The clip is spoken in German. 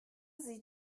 sie